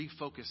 refocus